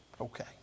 Okay